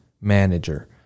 manager